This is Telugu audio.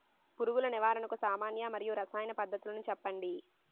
పురుగుల నివారణకు సామాన్య మరియు రసాయన పద్దతులను చెప్పండి?